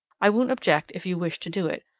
i won't object if you wish to do it.